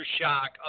shock